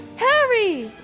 harry,